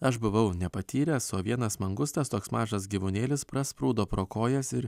aš buvau nepatyręs o vienas mangustas toks mažas gyvūnėlis prasprūdo pro kojas ir